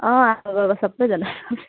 अँ हाम्रो अब सबैजना